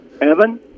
Evan